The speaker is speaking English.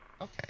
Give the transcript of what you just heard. Okay